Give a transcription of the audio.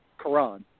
Quran